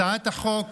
הצעת החוק